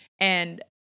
and-